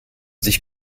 sich